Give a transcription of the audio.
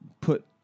put